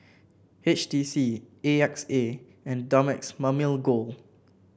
H T C A X A and Dumex Mamil Gold